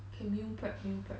can meal prep meal prep